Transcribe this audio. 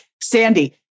Sandy